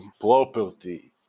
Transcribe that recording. property